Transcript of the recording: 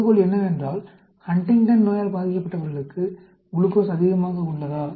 கருதுகோள் என்னவென்றால் ஹண்டிங்டன் நோயால் பாதிக்கப்பட்டவர்களுக்கு குளுக்கோஸ் அதிகமாக உள்ளதா